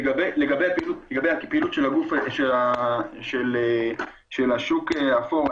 לגבי הפעילות של השוק האפור,